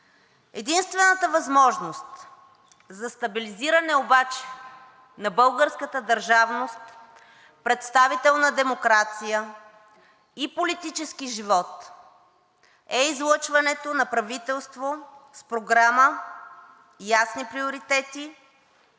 Единствената възможност за стабилизиране обаче на българската държавност, представителна демокрация и политически живот е излъчването на правителство с програма, ясни приоритети